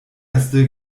erste